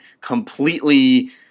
completely